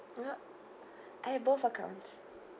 I have I have both accounts